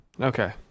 Okay